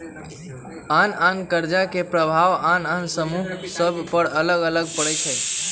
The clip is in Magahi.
आन आन कर्जा के प्रभाव आन आन समूह सभ पर अलग अलग पड़ई छै